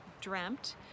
dreamt